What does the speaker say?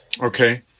Okay